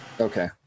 okay